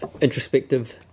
introspective